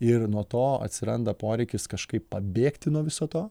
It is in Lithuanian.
ir nuo to atsiranda poreikis kažkaip pabėgti nuo viso to